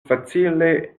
facile